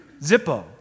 Zippo